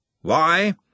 Why